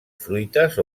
fruites